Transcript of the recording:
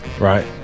right